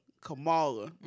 Kamala